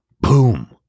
boom